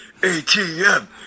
ATM